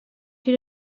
you